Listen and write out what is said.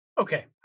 Okay